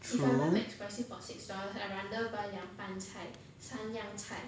true